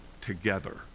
together